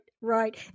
right